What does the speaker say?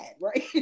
right